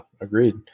agreed